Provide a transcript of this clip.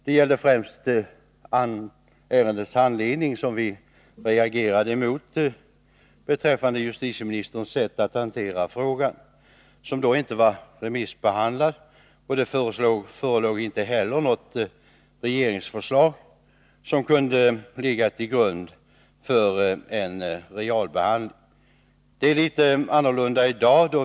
Det var främst ärendets handläggning som vi reagerade emot och då särskilt justitieministerns sätt att hantera frågan. Ärendet var då inte remissbehandlat, och det förelåg inte heller något regeringsförslag som kunde ligga till grund för en realbehandling. I dag är förhållandena något annorlunda.